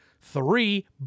three